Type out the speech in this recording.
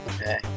Okay